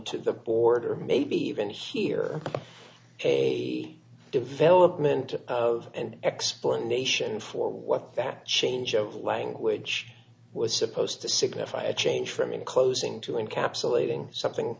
to the border maybe even here a development of and explanation for what that change of language was supposed to signify a change from inclosing to encapsulating something